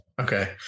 Okay